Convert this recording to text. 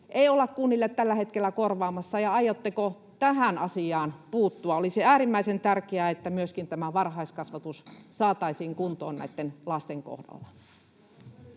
ei olla kunnille tällä hetkellä korvaamassa, ja aiotteko tähän asiaan puuttua? Olisi äärimmäisen tärkeää, että myöskin varhaiskasvatus saataisiin kuntoon näitten lasten kohdalla.